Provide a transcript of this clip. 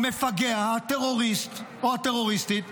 המפגע, הטרוריסט או הטרוריסטית,